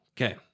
okay